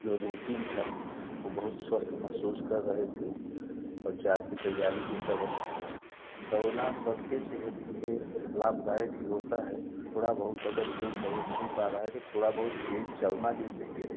जो रूटीन था वो बहुत स्वस्थ महसूस कर रहे थे और जाप के तैयारी भी कर रहे थे दौड़ना सबके सेहत के लिए लाभदायक ही होता है थोड़ा बहुत अगर कोई दौड़ नहीं पा रहा है तो थोड़ा बहुत तेज चलना भी चाहिए